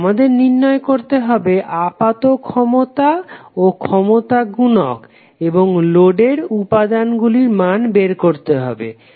আমাদের নির্ণয় করতে হবে আপাত ক্ষমতা ও ক্ষমতা গুনক এবং লোডের উপাদান গুলির মান বের করতে হবে